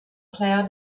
cloud